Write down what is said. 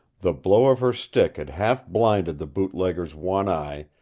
the blow of her stick had half blinded the bootlegger's one eye,